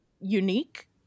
unique